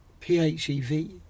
PHEV